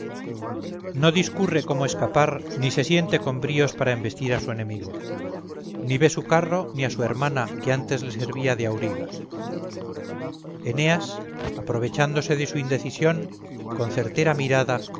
no discurre cómo escapar ni se siente con bríos para embestir a su enemigo ni ve su carro ni a su hermana que antes le servía de auriga eneas aprovechándose de su indecisión con certera mirada